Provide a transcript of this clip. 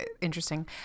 interesting